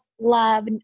love